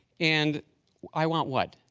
and i want what?